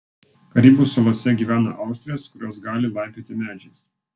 karibų salose gyvena austrės kurios gali laipioti medžiais